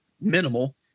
minimal